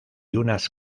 unas